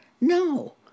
no